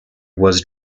was